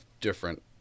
different